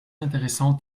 intéressant